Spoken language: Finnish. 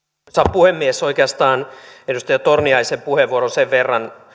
puhemies oikeastaan edustaja torniaisen puheenvuoroon sen verran